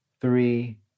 three